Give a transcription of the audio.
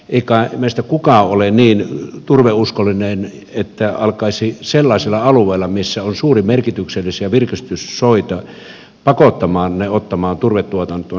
ei kai meistä kukaan ole niin turveuskollinen että alkaisi sellaisilla alueilla missä on suurimerkityksellisiä virkistyssoita pakottamaan ottamaan ne turvetuotantoon